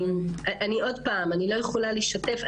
עוד פעם, אני לא יכולה לשתף.